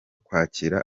kwakira